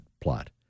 plot